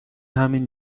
همین